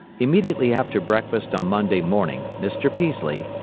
immediately after breakfast on monday morning mr. peaslee,